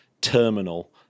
terminal